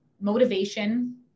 motivation